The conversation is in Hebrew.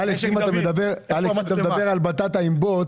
אגב,